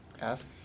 ask